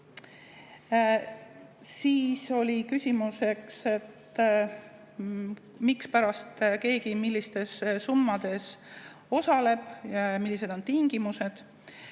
Siis oli küsimus, mispärast keegi milliste summadega osaleb ja millised on tingimused.